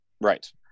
right